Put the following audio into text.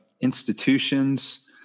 institutions